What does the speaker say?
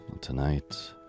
tonight